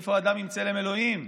איפה האדם עם צלם אלוהים?